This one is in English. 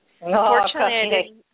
Unfortunately